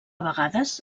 vegades